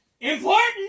Important